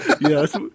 Yes